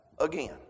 again